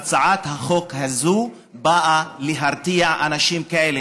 הצעת החוק הזאת באה להרתיע אנשים כאלה.